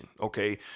Okay